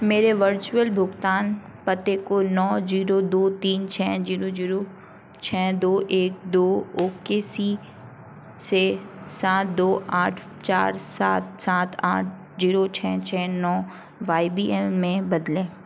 मेरे वर्चुअल भुगतान पते को नौ जीरो दो तीन छः जीरो जीरो छः दो एक दो ओ के सी से सात दो आठ चार सात सात आठ जीरो छः छः नौ वाय बी एन में बदलें